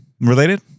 related